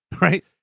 right